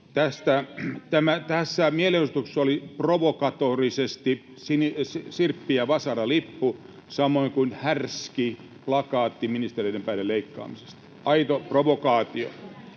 Tässä mielenosoituksessa oli provokatorisesti sirppi ja vasara ‑lippu, samoin kuin härski plakaatti ministereiden päiden leikkaamisesta — aito provokaatio.